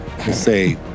Say